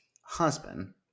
husband